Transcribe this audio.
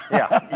yeah,